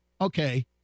okay